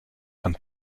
and